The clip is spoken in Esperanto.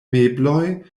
mebloj